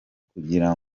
kugira